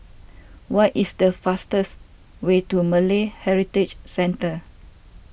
what is the fastest way to Malay Heritage Centre